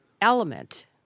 element